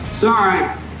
Sorry